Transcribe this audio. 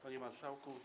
Panie Marszałku!